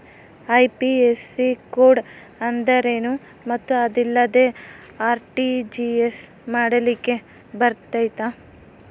IFSC code ಅಂದ್ರೇನು ಮತ್ತು ಅದಿಲ್ಲದೆ ಆರ್.ಟಿ.ಜಿ.ಎಸ್ ಮಾಡ್ಲಿಕ್ಕೆ ಬರ್ತೈತಾ?